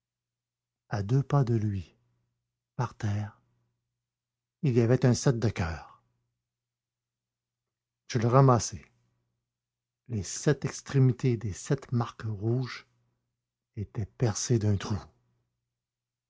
à deux pas de lui par terre il y avait un sept de coeur je le ramassai les sept extrémités des sept marques rouges étaient percées d'un trou